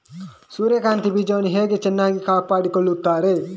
ಸೂರ್ಯಕಾಂತಿ ಬೀಜಗಳನ್ನು ಹೇಗೆ ಚೆನ್ನಾಗಿ ಕಾಪಾಡಿಕೊಳ್ತಾರೆ?